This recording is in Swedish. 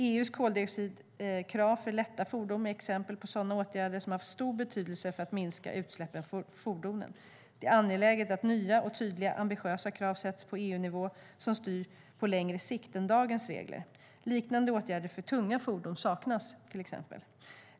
EU:s koldioxidkrav för lätta fordon är ett exempel på en åtgärd som har haft stor betydelse för att minska utsläppen från fordonen. Det är angeläget att nya, tydliga och ambitiösa krav sätts på EU-nivå som styr på längre sikt än dagens regler. Liknande åtgärder för tunga fordon saknas i dag.